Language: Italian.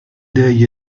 dei